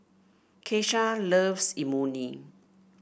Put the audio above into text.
Keshia loves Imoni